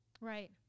Right